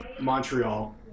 Montreal